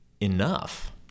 enough